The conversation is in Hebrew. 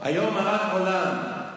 "היום הרת עולם,